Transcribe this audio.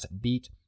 beat